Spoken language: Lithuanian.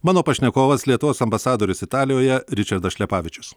mano pašnekovas lietuvos ambasadorius italijoje ričardas šlepavičius